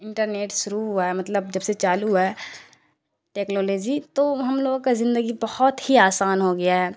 internet شروع ہوا ہے مطلب جب سے چالو ہوا ہے ٹیکنالوجی تو ہم لوگوں کا زندگی بہت ہی آسان ہو گیا ہے